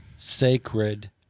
Sacred